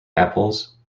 apples